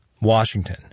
Washington